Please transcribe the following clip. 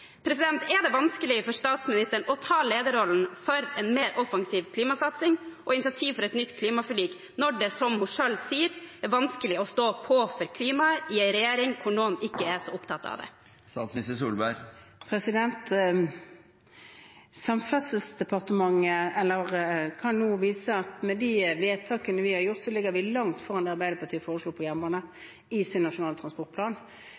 Er det vanskelig for statsministeren å ta lederrollen for en mer offensiv klimasatsing og et initiativ for et nytt klimaforlik når det, som hun selv sier, er vanskelig å stå på for klimaet i en regjering hvor noen ikke er så opptatte av det? Samferdselsdepartementet kan nå vise at med de vedtakene vi har gjort, ligger vi langt foran det Arbeiderpartiet foreslo på jernbane i sin nasjonale transportplan.